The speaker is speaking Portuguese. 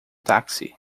táxi